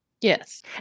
Yes